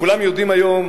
כולם יודעים היום,